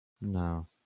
No